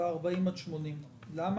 ב-40 עד 80 קילומטר?